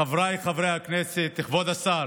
חבריי חברי הכנסת, כבוד השר,